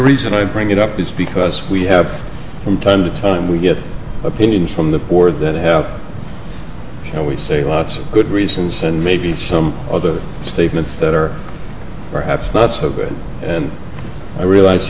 reason i bring it up is because we have from time to time we get opinions from the board that have no we say lots of good reasons and maybe some other statements that are perhaps not so good and i realize